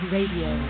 Radio